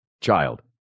Child